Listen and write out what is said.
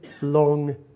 long